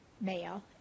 male